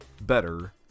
better